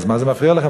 אז מה זה מפריע לכם?